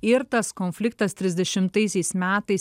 ir tas konfliktas trisdešimtaisiais metais